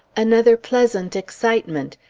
another pleasant excitement.